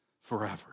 forever